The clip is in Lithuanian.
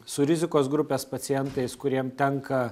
su rizikos grupės pacientais kuriem tenka